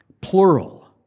plural